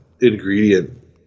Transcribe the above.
ingredient